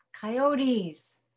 Coyotes